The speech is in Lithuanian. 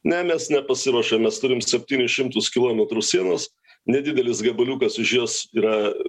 ne mes nepasiruošėm mes turim septynis šimtus kilometrų sienos nedidelis gabaliukas už jos yra